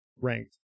ranked